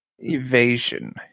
evasion